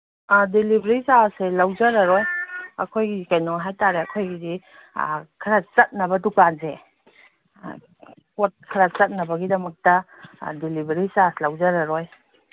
ꯑꯥ delivery ꯆꯥꯔꯖꯁꯦ ꯂꯧꯖꯔꯔꯣꯏ ꯑꯩꯈꯣꯏ ꯀꯩꯅꯣ ꯍꯥꯏꯇꯥꯔꯦ ꯑꯩꯈꯣꯏꯒꯤꯁꯤ ꯈꯔ ꯆꯠꯅꯕ ꯗꯨꯀꯥꯟꯁꯦ ꯄꯣꯠ ꯈꯔ ꯆꯠꯅꯕꯒꯤꯗꯃꯛꯇ ꯗꯤꯂꯤꯕꯔꯤ ꯆꯥꯔꯖ ꯂꯧꯖꯔꯔꯣꯏ